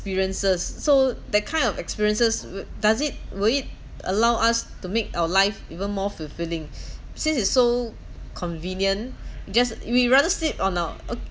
experiences so that kind of experiences will does it will it allow us to make our life even more fulfilling since it's so convenient just we rather sit on our